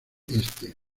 este